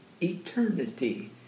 eternity